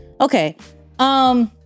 Okay